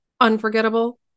unforgettable